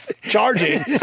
charging